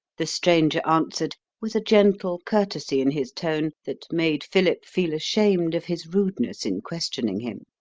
the stranger answered with a gentle courtesy in his tone that made philip feel ashamed of his rudeness in questioning him.